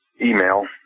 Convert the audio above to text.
Email